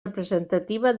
representativa